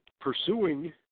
pursuing